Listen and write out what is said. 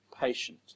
patient